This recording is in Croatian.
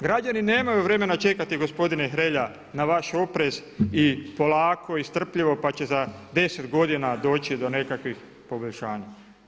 Građani nemaju vremena čekati gospodine Hrelja na vaš oprez i polako i strpljivo pa će za 10 godina doći do nekakvih poboljšanja.